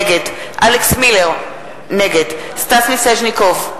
נגד אלכס מילר, נגד סטס מיסז'ניקוב,